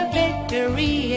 victory